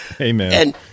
Amen